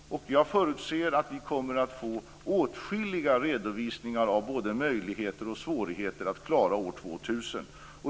Jag förutser att vi kommer att få åtskilliga redovisningar av både möjligheter och svårigheter inför år 2000.